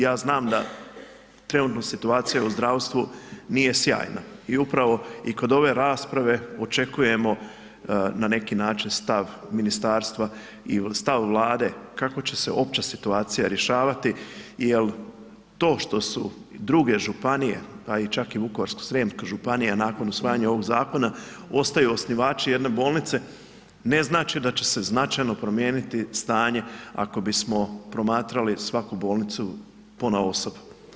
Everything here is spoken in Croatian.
Ja znam da trenutno situacija u zdravstvu nije sjajna i upravo i kod ove rasprave očekujemo na neki način stav ministarstva i stav Vlade kako će se opća situacija rješavati jer to što su druge županije pa čak i Vukovarsko-srijemska županija nakon usvajanja ovog zakona ostaju osnivači jedne bolnice, ne znači da će se značajno promijeniti stanje ako bismo promatrali svaku bolnicu ponaosob.